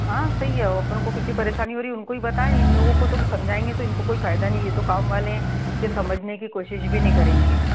हाँ सही है आपन को कितनी परेशानी हो रही है उनको ही बताए इन लोगों को तो समझाएंगे तो इनको कोई फायदा नहीं है ये तो काम वाले हैं ये समझने की कोशिस भी नहीं करेंगे